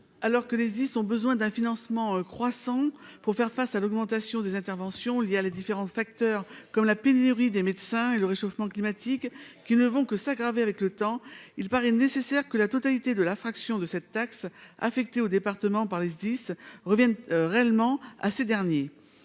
secours (Sdis) ont besoin d'un financement croissant pour faire face à l'augmentation des interventions liée à différents facteurs, comme la pénurie de médecins et le réchauffement climatique, qui ne vont que s'aggraver avec le temps, il paraît nécessaire que la totalité de la fraction de taxe spéciale sur les conventions d'assurance (TSCA) affectée aux départements pour les Sdis revienne réellement à ces derniers.